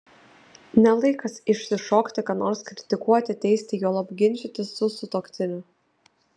ne laikas išsišokti ką nors kritikuoti teisti juolab ginčytis su sutuoktiniu